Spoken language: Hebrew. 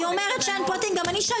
היא אומרת שאין פרטים.